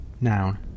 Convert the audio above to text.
noun